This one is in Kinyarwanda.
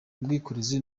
ubwikorezi